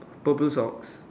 purple socks